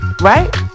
right